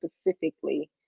specifically